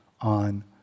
on